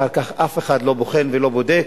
אחר כך אף אחד לא בוחן ולא בודק,